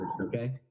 okay